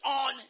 on